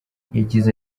yagize